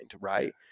right